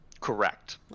Correct